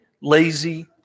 lazy